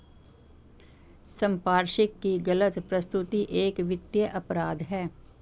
संपार्श्विक की गलत प्रस्तुति एक वित्तीय अपराध है